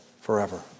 forever